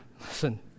Listen